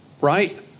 right